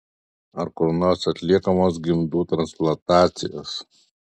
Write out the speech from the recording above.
ar kur nors atliekamos gimdų transplantacijos